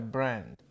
Brand